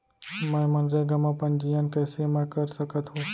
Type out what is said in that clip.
मैं मनरेगा म पंजीयन कैसे म कर सकत हो?